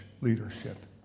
Leadership